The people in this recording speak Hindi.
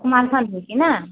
कुमारखंड होकर ना